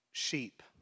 Sheep